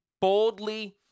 boldly